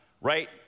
right